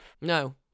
no